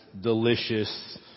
delicious